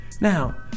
Now